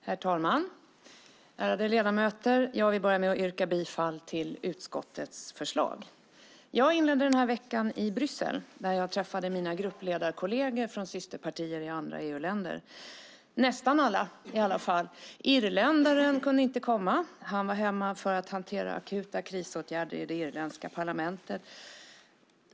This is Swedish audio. Herr talman! Ärade ledamöter! Jag yrkar bifall till utskottets förslag. Jag inledde den här veckan i Bryssel där jag träffade mina gruppledarkolleger från systerpartier i andra EU-länder. Nästan alla var där. Irländaren kunde inte komma. Han var hemma för att hantera akuta krisåtgärder i det irländska parlamentet.